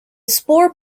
spore